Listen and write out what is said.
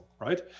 right